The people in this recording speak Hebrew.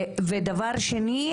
דבר שני,